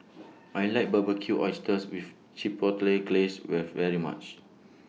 I like Barbecued Oysters with Chipotle Glaze very much